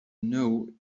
know